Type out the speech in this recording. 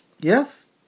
Yes